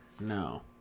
No